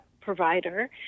provider